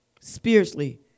spiritually